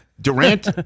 Durant